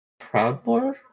Proudmore